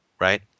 right